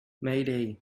mayday